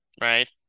right